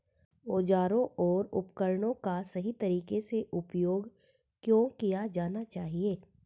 औजारों और उपकरणों का सही तरीके से उपयोग क्यों किया जाना चाहिए?